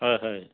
হয় হয়